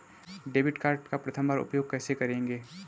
Debit card का प्रथम बार उपयोग कैसे करेंगे?